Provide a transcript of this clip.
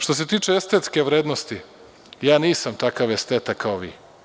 Što se tiče estetske vrednosti, ja nisam takav esteta kao vi.